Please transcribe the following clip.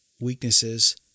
weaknesses